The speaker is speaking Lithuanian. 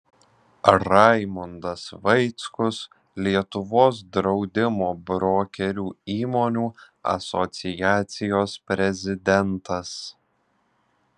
raimundas vaickus lietuvos draudimo brokerių įmonių asociacijos prezidentas